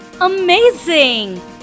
Amazing